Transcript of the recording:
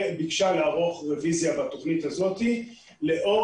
וביקשה לערוך רביזיה בתוכנית הזאת לאור